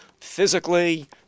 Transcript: physically